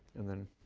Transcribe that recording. and then